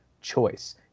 choice